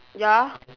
ya